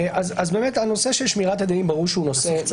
ברור שהנושא של שמירת הדינים משמעותי